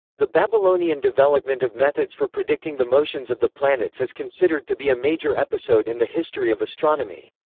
the babylonian development of methods for predicting the motions of the planets is considered to be a major episode in the history of astronomy.